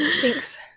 Thanks